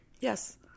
Yes